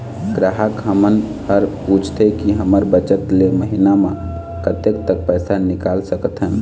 ग्राहक हमन हर पूछथें की हमर बचत ले महीना मा कतेक तक पैसा निकाल सकथन?